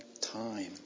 time